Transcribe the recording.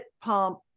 pump